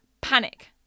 panic